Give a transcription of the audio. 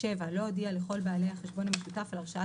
לא הודיע לכל בעלי החשבון המשותף על הרשאת